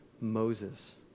Moses